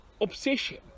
obsession